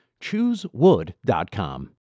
Choosewood.com